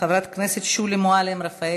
חברת הכנסת שולי מועלם-רפאלי.